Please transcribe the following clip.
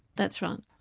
that's right.